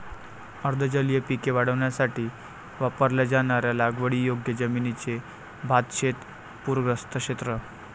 अर्ध जलीय पिके वाढवण्यासाठी वापरल्या जाणाऱ्या लागवडीयोग्य जमिनीचे भातशेत पूरग्रस्त क्षेत्र